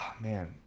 man